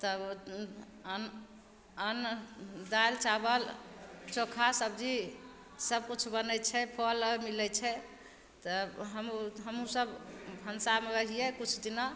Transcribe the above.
तब अन्न अन्न दालि चावल चोखा सब्जी सब किछु बनय छै फल अर मिलय छै तऽ हम हमहूँ सब भनसामे रहियै किछु दिना